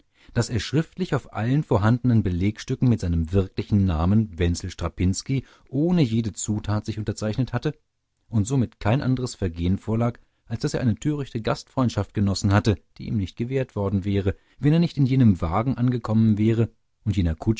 daß er schriftlich auf allen vorhandenen belegstücken mit seinem wirklichen namen wenzel strapinski ohne jede zutat sich unterzeichnet hatte und somit kein anderes vergehen vorlag als daß er eine törichte gastfreundschaft genossen hatte die ihm nicht gewährt worden wäre wenn er nicht in jenem wagen angekommen wäre und jener